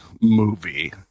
movie